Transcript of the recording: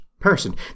person